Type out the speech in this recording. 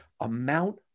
amount